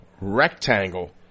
rectangle